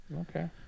Okay